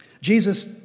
Jesus